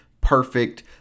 perfect